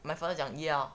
my father 讲 ya